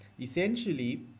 Essentially